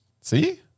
See